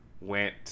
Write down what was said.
went